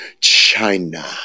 China